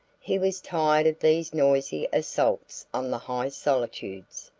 he was tired of these noisy assaults on the high solitudes,